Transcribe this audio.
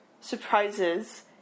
surprises